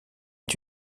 est